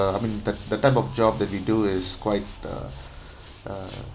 I mean that that type of job that we do is quite uh uh